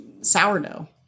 sourdough